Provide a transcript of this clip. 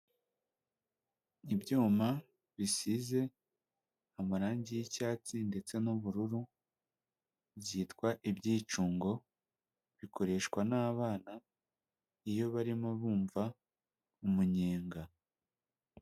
Ibyuma bisize amarangi y'icyatsi ndetse n'ubururu, byitwa ibyicungo bikoreshwa n'abana iyo barimo bumva umunyenga.